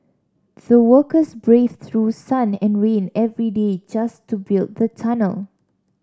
the workers braved through sun and rain every day just to build the tunnel